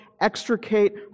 extricate